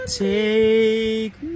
take